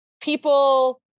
people